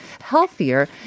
healthier